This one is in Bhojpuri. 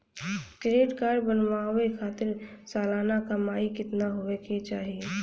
क्रेडिट कार्ड बनवावे खातिर सालाना कमाई कितना होए के चाही?